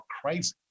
crazy